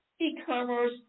e-commerce